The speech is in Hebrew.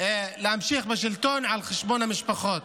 להמשיך בשלטון על חשבון המשפחות.